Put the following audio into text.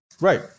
Right